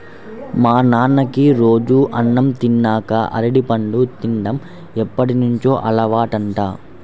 మా నాన్నకి రోజూ అన్నం తిన్నాక అరటిపండు తిన్డం ఎప్పటినుంచో అలవాటంట